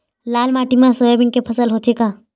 लाल माटी मा सोयाबीन के फसल होथे का?